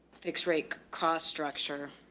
fixed rate, cost structure,